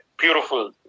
beautiful